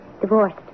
Divorced